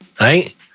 right